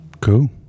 Cool